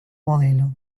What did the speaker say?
modelo